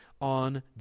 on